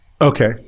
Okay